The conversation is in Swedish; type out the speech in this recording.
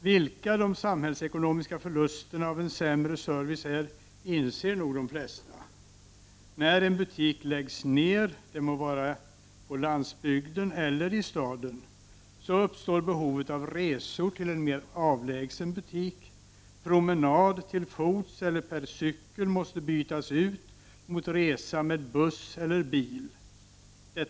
Vilka de samhällsekonomiska förlusterna av en sämre service är inser nog de flesta: När en butik läggs ned, det må vara på landsbygden eller i staden, uppstår behovet av resor till en mer avlägsen butik. Promenad till fots eller per cykel måste bytas ut mot resa med buss eller bil.